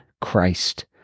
Christ